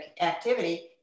activity